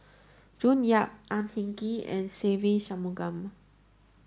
June Yap Ang Hin Kee and Se Ve Shanmugam